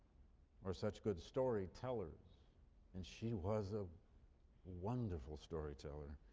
or such good storytellers and she was a wonderful storyteller.